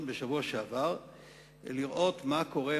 בשבוע שעבר מה קורה,